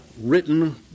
written